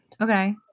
Okay